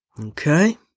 Okay